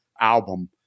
album